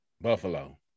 Buffalo